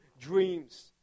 dreams